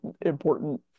important